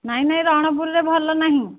ନାଇଁ ନାଇଁ ରଣପୁରରେ ଭଲ ନାହିଁ